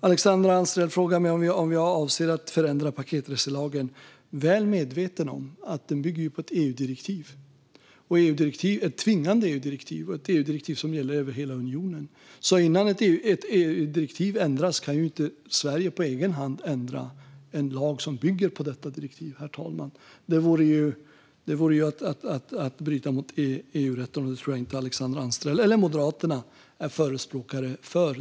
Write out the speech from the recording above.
Alexandra Anstrell frågar om jag avser att förändra paketreselagen, väl medveten om att den bygger på ett tvingande EU-direktiv som gäller över hela unionen. Innan ett direktiv ändras kan Sverige inte på egen hand ändra en lag som bygger på detta direktiv. Det vore att bryta mot EU-rätten. Den typen av kaotiskt beteende tror jag inte att Alexandra Anstrell eller Moderaterna är förespråkare för.